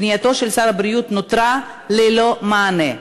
פנייתו של שר הבריאות נותרה ללא מענה.